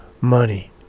money